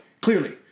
clearly